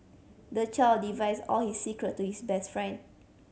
the child divulged all his secret to his best friend